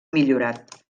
millorat